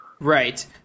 Right